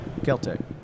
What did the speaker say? Caltech